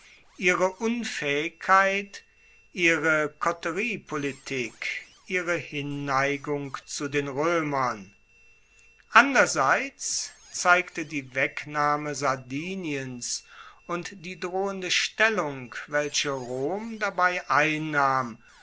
ihre unfaehigkeit ihre coteriepolitik ihre hinneigung zu den roemern anderseits zeigte die wegnahme sardiniens und die drohende stellung welche rom dabei einnahm